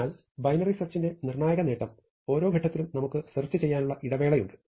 അതിനാൽ ബൈനറി സെർച്ചിന്റെ നിർണായക നേട്ടം ഓരോ ഘട്ടത്തിലും നമുക്ക് സെർച്ച് ചെയ്യാനുള്ള ഇടവേളയുണ്ട്